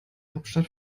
hauptstadt